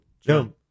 Jump